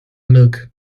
lug